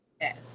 Yes